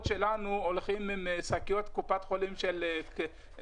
שלנו הולכים עם שקיות של כדורים לקופת חולים של כללית